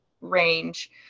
range